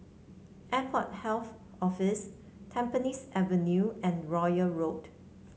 Airport Health Office Tampines Avenue and Royal Road